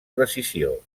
precisió